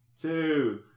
two